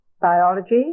biology